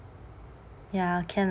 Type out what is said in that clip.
ya can lah